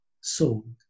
sold